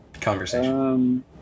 conversation